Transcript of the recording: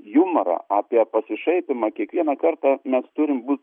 jumorą apie pasišaipymą kiekvieną kartą mes turim būt